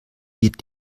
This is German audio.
wird